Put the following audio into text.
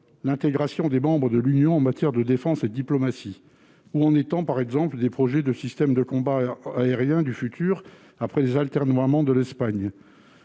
l'intégration des membres de l'Union en matière de défense et de diplomatie ? Où en est-on, par exemple, des projets de système de combat aérien du futur, après les atermoiements de l'Espagne